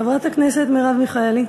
חברת הכנסת מרב מיכאלי.